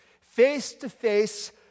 face-to-face